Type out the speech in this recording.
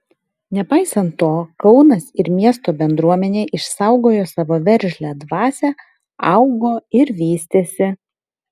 nepaisant to kaunas ir miesto bendruomenė išsaugojo savo veržlią dvasią augo ir vystėsi